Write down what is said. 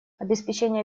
обеспечение